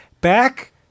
Back